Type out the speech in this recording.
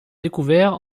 découverts